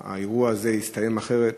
האירוע הזה יסתיים אחרת,